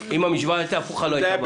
אם המשוואה הייתה הפוכה לא הייתה בעיה.